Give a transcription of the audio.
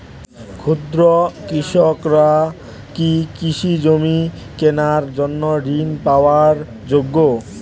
ক্ষুদ্র কৃষকরা কি কৃষিজমি কেনার জন্য ঋণ পাওয়ার যোগ্য?